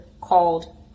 called